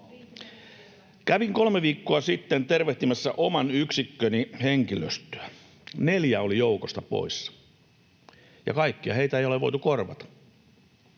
Kävin kolme viikkoa sitten tervehtimässä oman yksikköni henkilöstöä. Neljä oli joukosta poissa, ja kaikkia heitä ei ole voitu korvata.